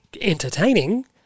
entertaining